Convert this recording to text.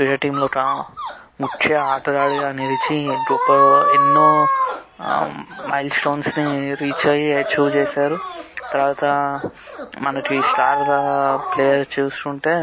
క్రికెట్లో ఒక ముఖ్య ఆటగాడిగా నిలిచి గొప్ప ఎన్నో మైల్స్టోన్స్ని రీచ్ అయ్యి ప్రూవ్ చేశారు తర్వాత మనకి స్టార్గా ప్లేయర్ చూసుకుంటే